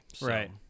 Right